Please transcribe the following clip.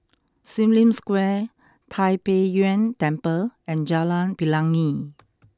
Sim Lim Square Tai Pei Yuen Temple and Jalan Pelangi